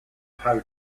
how